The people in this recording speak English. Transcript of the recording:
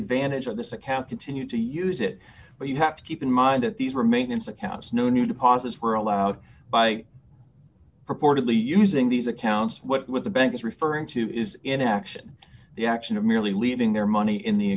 advantage of this account continue to use it but you have to keep in mind that these remains accounts no new deposits were allowed by purportedly using these accounts what with the bank is referring to is inaction the action of merely leaving their money in the